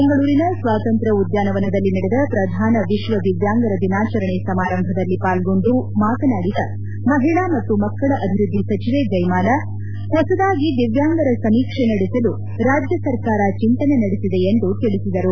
ಬೆಂಗಳೂರಿನ ಸ್ವಾತಂತ್ರ್ಯ ಉದ್ಯಾನವನದಲ್ಲಿ ನಡೆದ ಪ್ರದಾನ ವಿಶ್ವ ದಿವ್ಯಾಂಗರ ದಿನಾಚರಣೆ ಸಮಾರಂಭದಲ್ಲಿ ಪಾಲ್ಗೊಂಡು ಮಾತನಾಡಿದ ಮಹಿಳಾ ಮತ್ತು ಮಕ್ಕಳ ಅಭಿವೃದ್ಧಿ ಸಚಿವೆ ಜಯಮಾಲ ಹೊಸದಾಗಿ ದಿವ್ಯಾಂಗರ ಸಮೀಕ್ಷೆ ನಡೆಸಲು ರಾಜ್ಯ ಸರ್ಕಾರ ಚಿಂತನೆ ನಡೆಸಿದೆ ಎಂದು ತಿಳಿಸಿದರು